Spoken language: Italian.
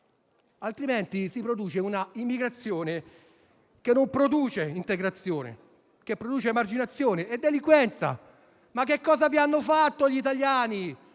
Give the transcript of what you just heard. altrimenti si favorisce un'immigrazione che produce non integrazione, ma emarginazione e delinquenza. Ma che cosa vi hanno fatto gli italiani